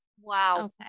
Wow